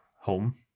home